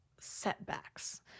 setbacks